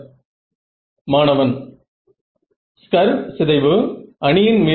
இந்த முடிவுகள் அதிக நம்பிக்கையை அளிக்காது